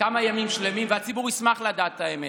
כמה ימים שלמים והציבור ישמח לדעת את האמת.